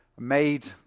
made